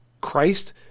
Christ